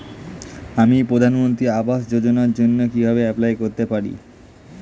আমি প্রধানমন্ত্রী আবাস যোজনার জন্য কিভাবে এপ্লাই করতে পারি?